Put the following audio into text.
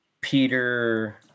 Peter